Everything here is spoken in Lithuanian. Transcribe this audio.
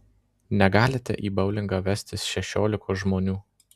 negalite į boulingą vestis šešiolikos žmonių